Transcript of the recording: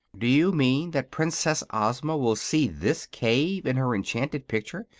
do you mean that princess ozma will see this cave in her enchanted picture,